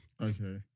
Okay